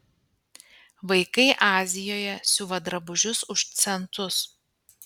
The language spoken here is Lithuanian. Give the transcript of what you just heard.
vaikai azijoje siuva drabužius už centus